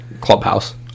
Clubhouse